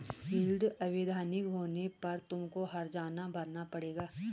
yield अवैधानिक होने पर तुमको हरजाना भरना पड़ेगा